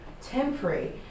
temporary